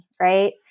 right